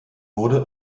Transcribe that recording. wurde